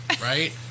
right